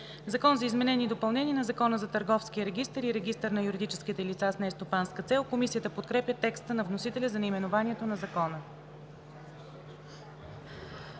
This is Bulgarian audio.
„Закон за изменение и допълнение на Закона за търговския регистър и регистъра на юридическите лица с нестопанска цел“.“ Комисията подкрепя текста на вносителя за наименованието на Закона.